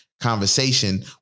conversation